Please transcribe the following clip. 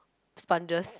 sponges